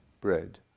bread